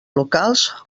locals